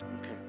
Okay